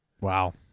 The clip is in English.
Wow